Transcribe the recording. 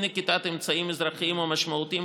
(ד) אי-נקיטת אמצעים אזרחיים או משמעתיים